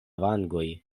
vangoj